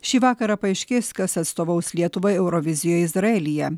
šį vakarą paaiškės kas atstovaus lietuvai eurovizijoj izraelyje